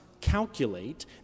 calculate